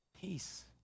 Peace